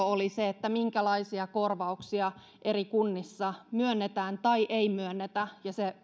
oli minkälaisia korvauksia eri kunnissa myönnetään tai ei myönnetä